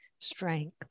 strength